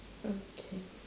okay